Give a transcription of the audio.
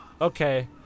Okay